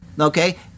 Okay